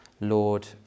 Lord